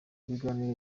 ibiganiro